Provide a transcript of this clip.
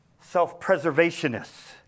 self-preservationists